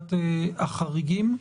ועדת החריגים,